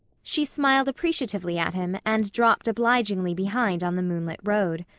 she smiled appreciatively at him and dropped obligingly behind on the moonlit road.